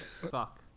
Fuck